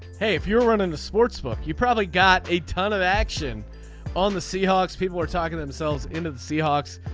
hey if you're running the sportsbook you probably got a ton of action on the seahawks. people are talking themselves into the seahawks.